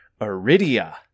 Iridia